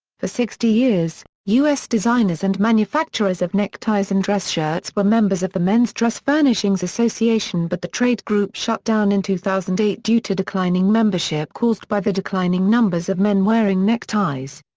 for sixty years, us designers and manufacturers of neckties and dress shirts were members of the men's dress furnishings association but the trade group shut down in two thousand and eight due to declining membership caused by the declining numbers of men wearing neckties.